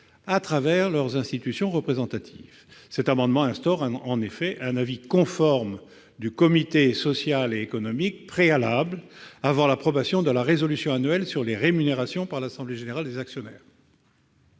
à travers leurs institutions représentatives. Cet amendement vise en effet à instaurer un avis conforme du comité social et économique préalable, avant l'approbation de la résolution annuelle sur les rémunérations par l'assemblée générale des actionnaires.